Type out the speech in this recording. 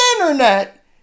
internet